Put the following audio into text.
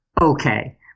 okay